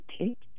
take